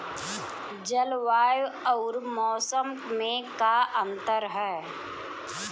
जलवायु अउर मौसम में का अंतर ह?